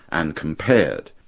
and compared.